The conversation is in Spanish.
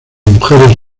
mujeres